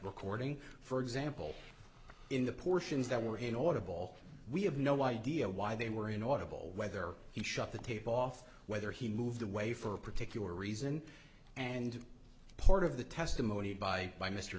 recording for example in the portions that were in order of all we have no idea why they were inaudible whether he shut the tape off whether he moved away for a particular reason and part of the testimony by by mr